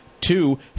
Two